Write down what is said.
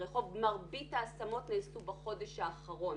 מרביתה השמות נעשו בחודש האחרון.